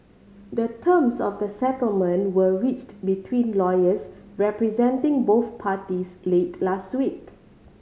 the terms of the settlement were reached between lawyers representing both parties late last week